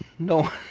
No